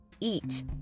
eat